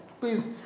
please